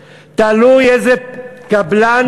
תלוי איזה קבלן יבקש את זה,